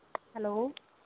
hello